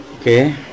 Okay